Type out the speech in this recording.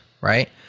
right